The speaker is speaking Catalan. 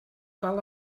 cal